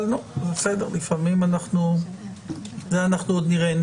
אבל אנחנו עוד נראה.